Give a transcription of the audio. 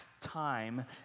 time